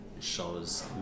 shows